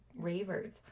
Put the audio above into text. ravers